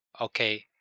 Okay